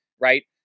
right